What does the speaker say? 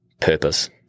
purpose